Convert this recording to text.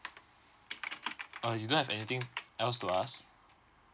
uh you don't have anything else to ask